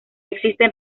existen